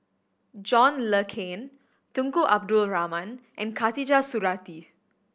John Le Cain Tunku Abdul Rahman and Khatijah Surattee